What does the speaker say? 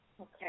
Okay